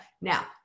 now